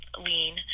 lean